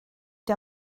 dwi